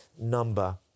number